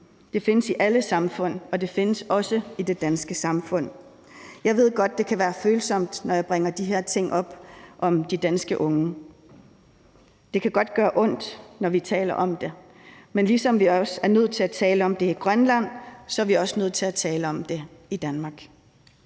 Det findes i alle samfund, og det findes også i det danske samfund. Jeg ved godt, at det kan være følsomt, når jeg bringer de her ting op om de danske unge. Det kan godt gøre ondt, når vi taler om det, men ligesom vi også er nødt til at tale om det i Grønland, er vi også nødt til at tale om det i Danmark.